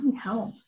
help